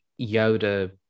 Yoda